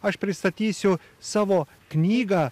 aš pristatysiu savo knygą